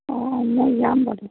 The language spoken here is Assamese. অ' মই যাম তাতে